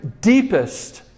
deepest